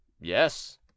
Yes